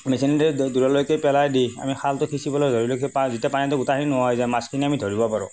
মেচিনেদি দূৰলৈকে পেলাই দি আমি খালটো সিঁচিবলৈ ধৰিলোঁ পানীতো গোটেইখিনি নোহোৱা হৈ যায় মাছখিনি আমি ধৰিব পাৰোঁ